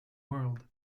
world